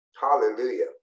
hallelujah